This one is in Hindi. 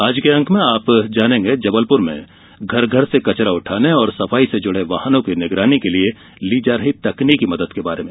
आज के अंक में आप जानेंगें जबलपुर में घर घर से कचरा उठाने और सफाई से जुड़े वाहनों की निगरानी के लिये ली जा रही तकनीकी मदद के बारे में